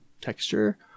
texture